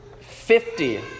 Fifty